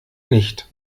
nicht